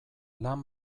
lan